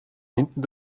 hinten